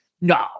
No